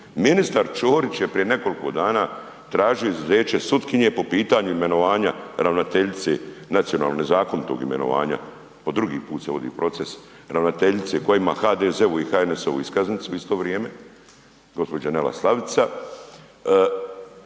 Ministar Ćorić je prije nekoliko dana tražio izuzeće sutkinje po pitanju imenovanja ravnateljice nacionalnog, nezakonitog imenovanja, po drugi put se vodi proces, ravnateljice koja ima HDZ-ovu i HNS-ovu iskaznicu u isto vrijeme, g. Nela Slavica.